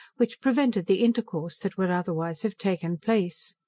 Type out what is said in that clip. which prevented the intercourse that would otherwise have taken place.